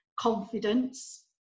confidence